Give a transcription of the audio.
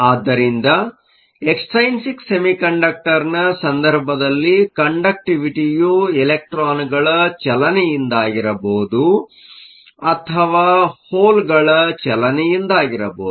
ಆದ್ದರಿಂದ ಎಕ್ಸ್ಟ್ರೈನ್ಸಿಕ್ ಸೆಮಿಕಂಡಕ್ಟರ್ನ ಸಂದರ್ಭದಲ್ಲಿ ಕಂಡಕ್ಟಿವಿಟಿಯು ಎಲೆಕ್ಟ್ರಾನ್ ಗಳ ಚಲನೆಯಿಂದಾಗಿರಬಹುದು ಅಥವಾ ಹೋಲ್ಗಳ ಚಲನೆಯಿಂದಾಗಿರಬಹುದು